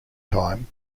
time